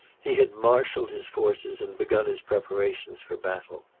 he had marshalled his forces and begun his preparations for battle.